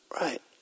Right